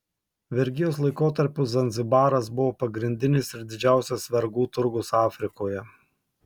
vergijos laikotarpiu zanzibaras buvo pagrindinis ir didžiausias vergų turgus afrikoje